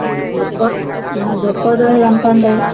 మరి బత్తా మరి బత్తాయికాయలు ఎంతండి